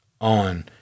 on